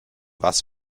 was